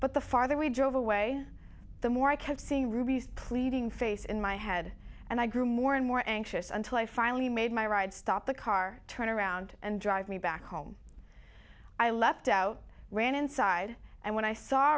but the farther we drove away the more i could see ruby's pleading face in my head and i grew more and more anxious until i finally made my ride stop the car turn around and drive me back home i leapt out ran inside and when i saw